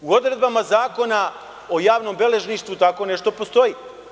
U odredbama Zakona o javnom beležništvu tako nešto postoji.